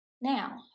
Now